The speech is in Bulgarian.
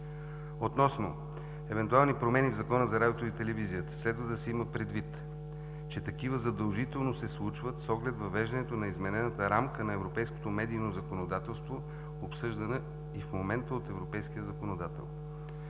Относно евентуални промени в Закона за радиото и телевизията, следва да се има предвид, че такива задължително се случват с оглед въвеждането на изменената рамка на европейското медийно законодателство, обсъждано и в момента от европейския законодател.